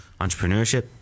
entrepreneurship